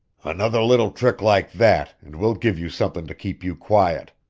another little trick like that, and we'll give you something to keep you quiet,